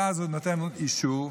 ואז הוא נותן אישור,